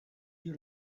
you